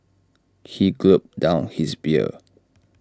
he gulped down his beer